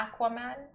Aquaman